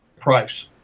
price